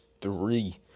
three